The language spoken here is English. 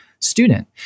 student